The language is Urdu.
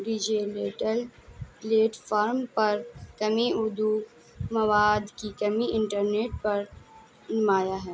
ڈیجیٹل پلیٹفارم پر کمی اردو مواد کی کمی انٹرنیٹ پر نمایاں ہے